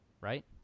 right